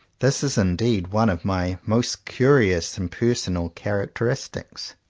this is indeed one of my most curious and personal character istics.